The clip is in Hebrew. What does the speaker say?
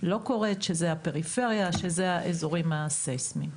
לא קורית, שזה הפריפריה, שזה האזורים הססמיים.